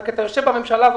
זה כי אתה יושב בממשלה הזאת,